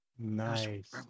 Nice